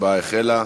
ההצבעה החלה.